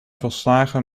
verslagen